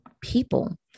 people